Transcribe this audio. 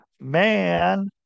man